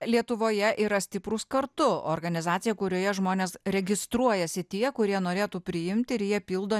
lietuvoje yra stiprūs kartu organizacija kurioje žmonės registruojasi tie kurie norėtų priimti ir jie pildo